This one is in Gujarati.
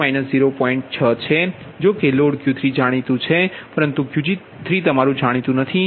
6 છે જોકે લોડ QL3જાણીતું છે પરંતુ Qg3 તમારું જાણીતુ નથી